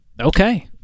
Okay